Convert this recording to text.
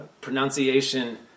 pronunciation